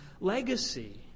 legacy